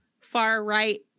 far-right